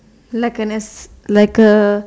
like a necess~ like a